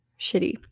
shitty